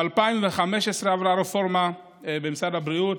ב-2015 עברה רפורמה במשרד הבריאות.